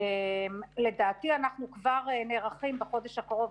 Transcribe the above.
לדעתי כבר בחודש האחרון,